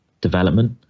development